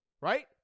right